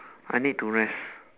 I need to rest